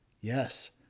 Yes